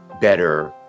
better